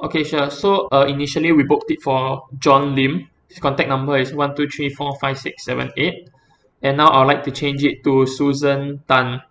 okay sure so uh initially we booked it for john Lim contact number is one two three four five six seven eight and now I would like to change it to susan tan